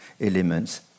elements